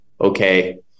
okay